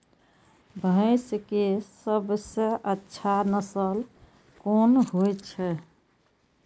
भैंस के सबसे अच्छा नस्ल कोन होय छे?